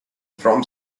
from